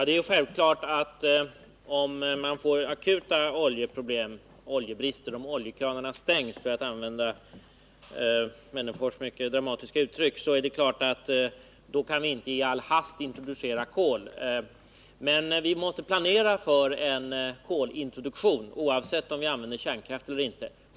Herr talman! Om vi får akuta oljeproblem — om oljekranarna stängs, för att använda detta dramatiska uttryck — är det självklart att vi inte i all hast kan introducera kol. Men vi måste planera för en kolintroduktion, oavsett om vi använder kärnkraft eller inte.